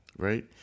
right